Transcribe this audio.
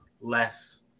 less